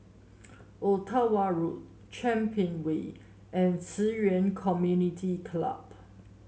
Ottawa Road Champion Way and Ci Yuan Community Club